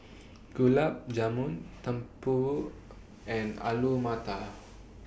Gulab Jamun Tempura and Alu Matar